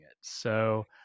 So-